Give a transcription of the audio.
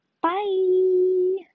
bye